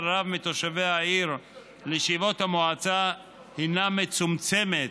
המועצה למספר רב מתושבי העיר הינה מצומצמת,